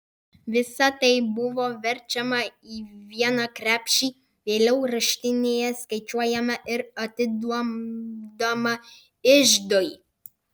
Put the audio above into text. visa tai buvo verčiama į vieną krepšį vėliau raštinėje skaičiuojama ir atiduodama iždui